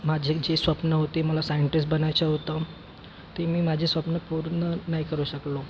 माझे जे स्वप्न होते मला सायन्टिस बनायचं होतं ते मी माझे स्वप्न पूर्ण नाही करू शकलो